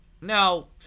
Now